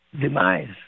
demise